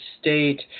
state